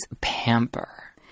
Pamper